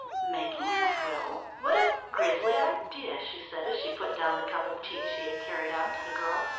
making your will? what a grisly idea? she said as she put down the cup of tea she had carried out to the girl.